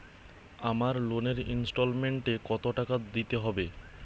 আমার লোনের ইনস্টলমেন্টৈ কত টাকা দিতে হবে?